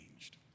changed